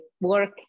work